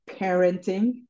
parenting